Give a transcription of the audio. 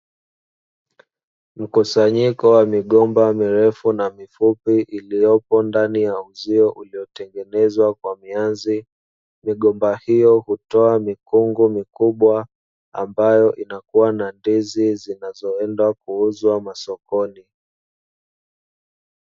Mkusanyiko wa migomba mirefu na mifupi iliyopo ndani ya uzio uliotengenezwa kwa mianzi migomba hiyo hutoa mikungu mikubwa ambayo inakuwa na ndizi zinazoenda kuuzwa masokoni.